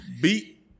Beat